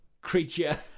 creature